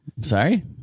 Sorry